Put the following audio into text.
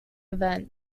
event